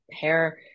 hair